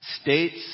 states